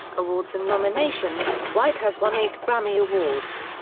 awards and nominations white has won eight grammy awards.